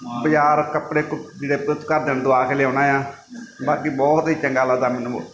ਬਾਜ਼ਾਰ ਕੱਪੜੇ ਕੁ ਲੀੜੇ ਘਰਦਿਆ ਨੂੰ ਦੁਆ ਕੇ ਲਿਆਉਨਾ ਆ ਬਾਕੀ ਬਹੁਤ ਹੀ ਚੰਗਾ ਲੱਗਦਾ ਮੈਨੂੰ ਮੋ